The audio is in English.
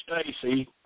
Stacy